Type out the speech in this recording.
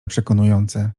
przekonujące